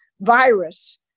virus